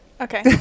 Okay